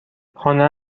خانه